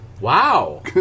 Wow